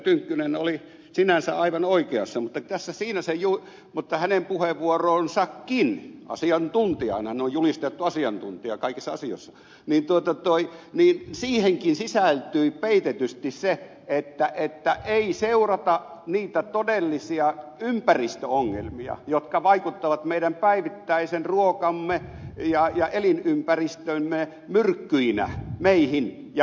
tynkkynen oli sinänsä aivan oikeassa mutta hänenkin puheenvuoroonsa asiantuntijana hänet on julistettu asiantuntijaksi kaikissa asioissa sisältyy peitetysti se että ei seurata niitä todellisia ympäristöongelmia jotka vaikuttavat meidän päivittäisen ruokamme ja elinympäristömme myrkkyinä meihin ja luontoon